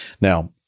Now